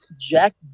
jack